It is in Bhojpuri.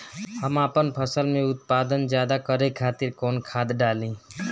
हम आपन फसल में उत्पादन ज्यदा करे खातिर कौन खाद डाली?